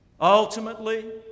Ultimately